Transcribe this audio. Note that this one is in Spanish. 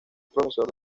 profesor